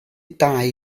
dau